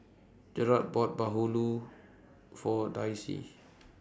Jarret bought Bahulu For Darcie